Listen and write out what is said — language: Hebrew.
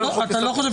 אני לא חושב